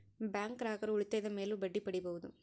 bank ಗ್ರಾಹಕರು ಉಳಿತಾಯದ ಮೇಲೂ ಬಡ್ಡಿ ಪಡೀಬಹುದು